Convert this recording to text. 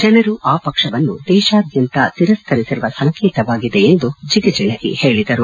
ಜನರು ಆ ಪಕ್ಷವನ್ನು ದೇಶಾದ್ಯಂತ ತಿರಸ್ತರಿಸಿರುವ ಸಂಕೇತವಾಗಿದೆ ಎಂದು ಜಿಗಜಿಣಗಿ ಹೇಳಿದರು